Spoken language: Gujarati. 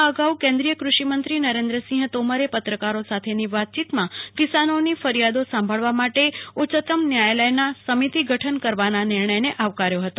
આ અગાઉ કેન્દ્રીય કૃષિ મંત્રી નરેન્દ્રસિંહ તોમરે પત્રકારો સાથેની વાતચીતમાં કિસાનોની ફરિયાદો સંભાળવા માટે ઉચ્ચતમ ન્યાયાલયના સમિતિ ગઠન કરવાના નિર્ણયને આવકાર્યો હતો